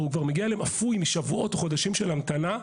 הוא כבר מגיע להם אפוי משבועות או חודשים של המתנה,